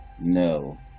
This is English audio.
No